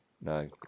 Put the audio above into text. no